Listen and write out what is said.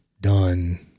done